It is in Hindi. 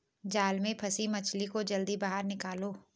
जाल में फसी मछली को जल्दी बाहर निकालो